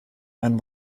and